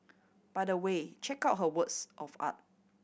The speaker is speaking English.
by the way check out her works of art